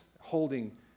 holding